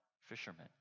fishermen